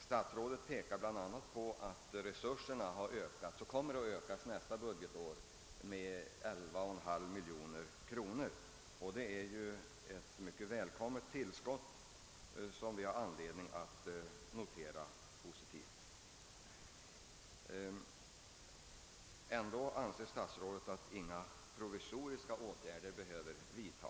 Statsrådet pekar bl.a. på att resurserna har ökats och nästa budgetår kommer att ökas med 11,5 miljoner kronor. Det är ett mycket välkommet tillskott som vi har anledning att positivt notera. Herr statsrådet anser att inga provi soriska åtgärder behöver vidtas.